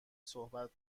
صحبت